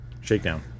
Shakedown